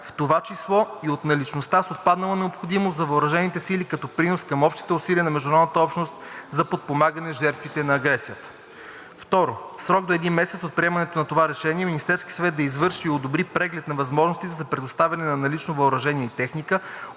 в това число и от наличността с отпаднала необходимост за въоръжените сили, като принос към общите усилия на международната общност за подпомагане на жертвите на агресията. 2. В срок до един месец от приемането на това решение Министерският съвет да извърши и одобри преглед на възможностите за предоставяне на налично въоръжение и техника,